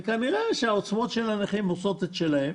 וכנראה שהעוצמות של הנכים עושות את שלהן